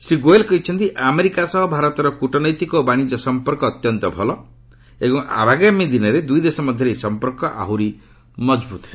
ଶ୍ରୀ ଗୋଏଲ୍ କହିଛନ୍ତି ଆମେରିକା ସହ ଭାରତର କୂଟନୈତିକ ଓ ବାଣିଜ୍ୟ ସଂପର୍କ ଅତ୍ୟନ୍ତ ଭଲ ଏବଂ ଆଗାମୀ ଦିନରେ ଦୁଇଦେଶ ମଧ୍ୟରେ ଏହି ସଂପର୍କ ଆହୁରି ମଜବୁତ୍ ହେବ